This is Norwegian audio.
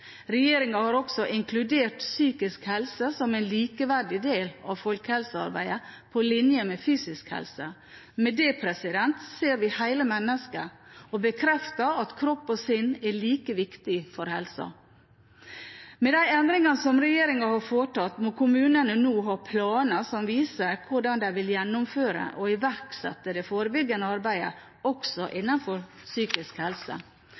har også inkludert psykisk helse som en likeverdig del av folkehelsearbeidet, på linje med fysisk helse. Med det ser vi hele mennesket og bekrefter at kropp og sinn er like viktige for helsen. Med de endringene som regjeringen har foretatt, må kommunene nå ha planer som viser hvordan de vil gjennomføre og iverksette det forebyggende arbeidet også innen psykisk helse.